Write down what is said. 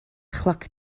chloc